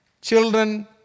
children